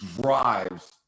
drives